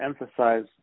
emphasize